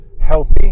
healthy